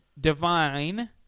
divine